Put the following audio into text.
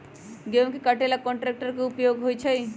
गेंहू के कटे ला कोंन ट्रेक्टर के उपयोग होइ छई?